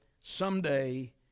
someday